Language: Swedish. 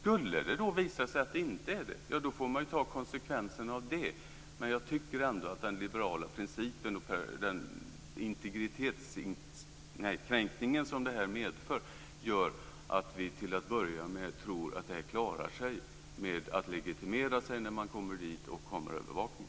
Om det skulle visa sig att detta inte var tillräckligt, då får man ta konsekvenserna av det. Men jag tycker ändå att den liberala principen och den integritetsinskränkning som detta medför gör att vi till att börja med nöjer oss med legitimationskrav och kameraövervakning.